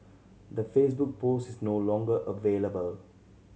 the Facebook post is no longer available